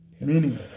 Meaning